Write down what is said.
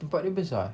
tempat dia besar